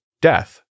death